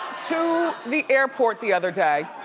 to the airport the other day.